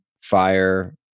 fire